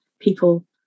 people